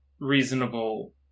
reasonable